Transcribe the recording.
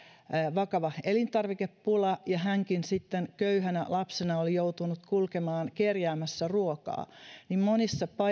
vakava elintarvikepula ja hänkin sitten köyhänä lapsena oli joutunut kulkemaan kerjäämässä ruokaa niin monissa